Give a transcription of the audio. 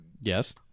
Yes